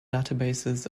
databases